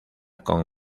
con